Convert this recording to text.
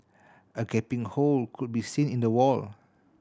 a gaping hole could be seen in the wall